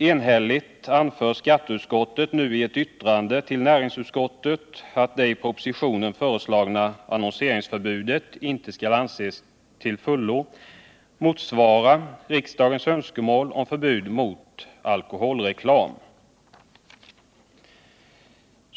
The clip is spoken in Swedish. Skatteutskottet anför nu enhälligt i ett yttrande till näringsutskottet att det i propositionen föreslagna annonsförbudet inte kan anses till fullo motsvara riksdagens önskemål om förbud mot alkoholreklam.